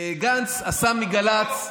גנץ עשה מגל"צ,